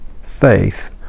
Faith